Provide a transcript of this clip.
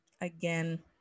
again